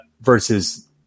versus